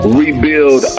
rebuild